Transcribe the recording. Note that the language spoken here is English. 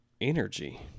energy